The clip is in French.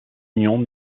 union